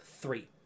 Three